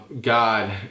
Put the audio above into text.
God